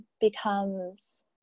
becomes